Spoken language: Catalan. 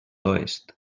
oest